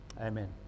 Amen